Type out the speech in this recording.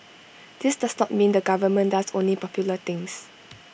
this does not mean the government does only popular things